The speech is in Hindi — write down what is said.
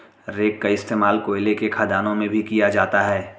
रेक का इश्तेमाल कोयले के खदानों में भी किया जाता है